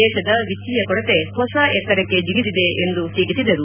ದೇಶದ ವಿತ್ತೀಯ ಕೊರತೆ ಹೊಸ ಎತ್ತರಕ್ಕೆ ಜಿಗಿದಿದೆ ಎಂದು ಟೀಕಿಸಿದರು